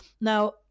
Now